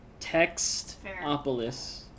Textopolis